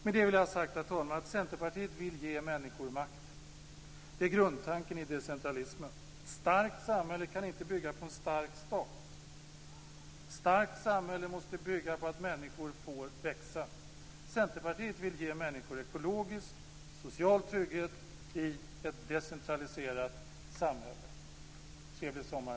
Med detta vill jag ha sagt att Centerpartiet vill ge människor makt. Det är grundtanken i decentralismen. Ett starkt samhälle kan inte bygga på en stark stat. Ett starkt samhälle måste bygga på att människor får växa. Centerpartiet vill ge människor ekologisk och social trygghet i ett decentraliserat samhälle. Trevlig sommar!